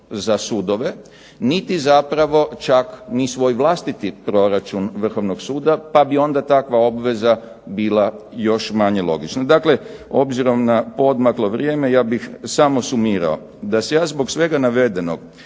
za sudove niti zapravo čak ni svoj vlastiti proračun Vrhovnog suda pa bi onda takva obveza bila još manje logična. Dakle, obzirom na poodmaklo vrijeme ja bih samo sumirao da se ja zbog svega navedenog